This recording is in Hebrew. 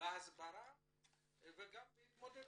בהסברה וגם בהתמודדות.